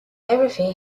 everything